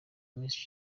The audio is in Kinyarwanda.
miss